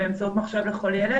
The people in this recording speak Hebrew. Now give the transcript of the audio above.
באמצעות מחשב לכל ילד?